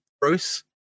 bruce